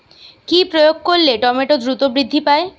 কি প্রয়োগ করলে টমেটো দ্রুত বৃদ্ধি পায়?